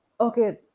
okay